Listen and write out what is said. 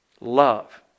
love